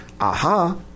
aha